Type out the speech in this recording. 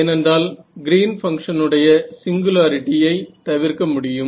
ஏனென்றால் கிரீன் பங்ஷனுடைய சிங்குலாரிட்டி ஐ தவிர்க்க முடியும்